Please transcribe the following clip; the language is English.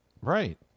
right